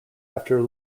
after